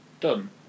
Done